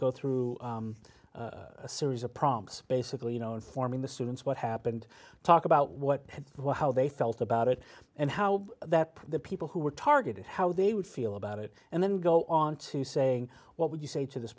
go through a series of problems basically you know informing the students what happened talk about what what how they felt about it and how that the people who were targeted how they would feel about it and then go on to say what would you say to this